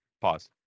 pause